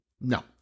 No